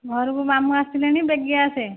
ଘରକୁ ମାମୁଁ ଆସିଲେଣି ବେଗି ଆସେ